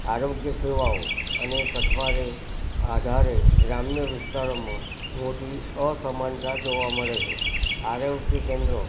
આરોગ્ય સેવાઓ અને સથવારે આધારે ગ્રામ્ય વિસ્તારોમાં મોટી અસમાનતા જોવા મળે છે આરોગ્ય કેન્દ્રો